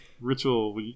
ritual